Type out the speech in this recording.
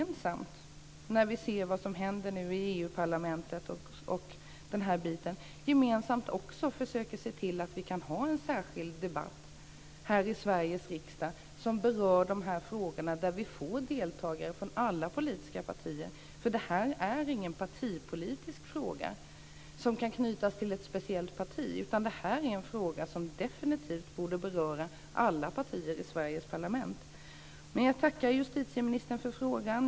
När vi ser vad som händer i Europaparlamentet kanske vi gemensamt kan se till att vi kan ha en särskild debatt här i Sveriges riksdag som berör dessa frågor där vi får deltagare från alla politiska partier. Detta är ju ingen partipolitisk fråga som kan knytas till ett speciellt parti, utan det här är en fråga som definitivt borde beröra alla partier i Jag tackar justitieministern för debatten.